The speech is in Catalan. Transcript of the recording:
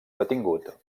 detingut